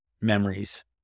memories